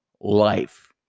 Life